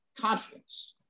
confidence